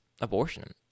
abortion